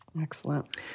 Excellent